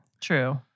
True